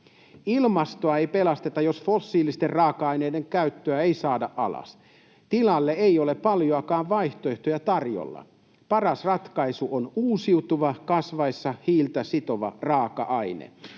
Ilmastoa ei pelasteta, jos fossiilisten raaka-aineiden käyttöä ei saada alas. Tilalle ei ole paljoakaan vaihtoehtoja tarjolla. Paras ratkaisu on uusiutuva, kasvaessa hiiltä sitova raaka-aine.